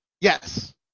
Yes